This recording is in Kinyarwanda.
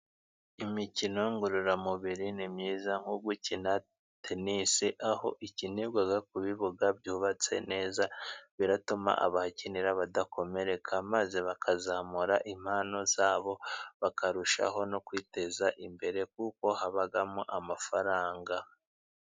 Imikino ngororamubiri ni myiza nko gukina tenisi, aho ikinirwa ku bibuga byubatse neza, biratuma abahakinira badakomereka maze bakazamura impano zabo, bakarushaho no kwiteza imbere kuko habamo amafaranga.